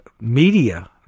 media